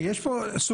כי יש פה סוגיה.